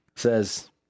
Says